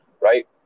right